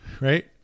right